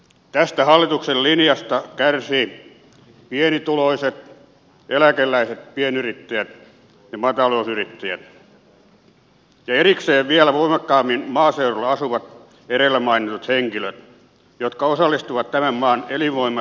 tästä hallituksen linjasta kärsivät pienituloiset eläkeläiset pienyrittäjät ja maatalousyrittäjät ja erikseen vielä voimakkaammin maaseudulla asuvat edellä mainitut henkilöt jotka osallistuvat tämän maan elinvoimaisena säilyttämiseen